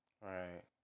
Right